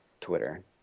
Twitter